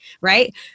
right